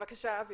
בבקשה, אבי.